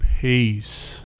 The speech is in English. Peace